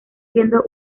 siendo